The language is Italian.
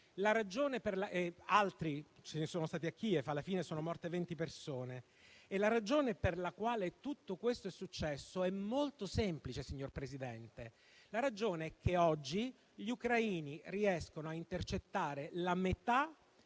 La ragione per la quale tutto questo è successo è molto semplice, signor Presidente: la ragione è che oggi gli ucraini riescono a intercettare la metà